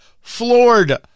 floored